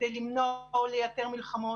כדי למנוע או לייתר מלחמות.